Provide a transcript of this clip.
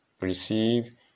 receive